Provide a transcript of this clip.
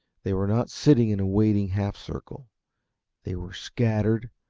they were not sitting in a waiting half circle they were scattered,